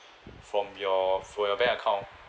from your for your bank account